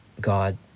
God